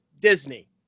disney